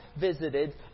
visited